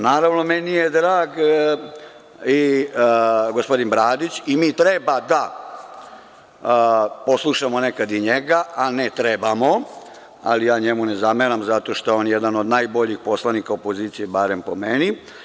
Naravno, meni je drag i gospodin Bradić i mi treba da poslušamo nekada i njega, a ne trebamo, ali ja njemu ne zameram, zato što je on jedan od najboljih poslanika opozicije, bar po meni.